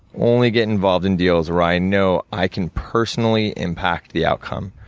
only get involved in deals where i know i can personally impact the outcome.